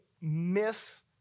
miss